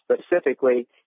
specifically